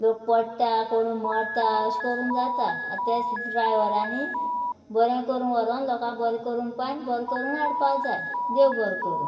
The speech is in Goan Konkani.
लोक पडटा कोणूय मरता अशें करून जाता आतां तेंच ड्रायवरांनी बरें करून व्हरोन लोकांक बरें करून पायन बरें करून हाडपा जाय देव बरें करूं